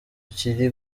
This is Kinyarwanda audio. kiri